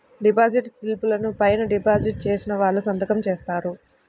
deposit స్లిపుల పైన deposit చేసిన వాళ్ళు సంతకం జేత్తారు